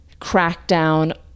crackdown